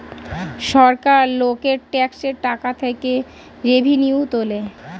সরকার লোকের ট্যাক্সের টাকা থেকে রেভিনিউ তোলে